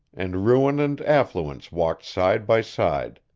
and ruin and affluence walked side by side.